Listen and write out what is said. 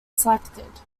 selected